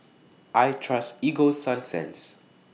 I Trust Ego Sunsense